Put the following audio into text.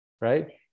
right